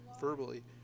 verbally